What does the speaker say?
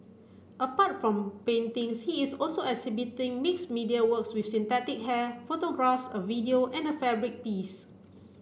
apart from paintings he is also exhibiting mixed media works with synthetic hair photographs a video and a fabric piece